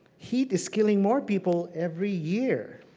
heat is killing more people every year.